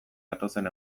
datozen